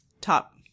top